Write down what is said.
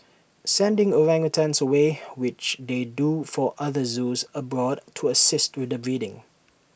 sending orangutans away which they do for other zoos abroad to assist with breeding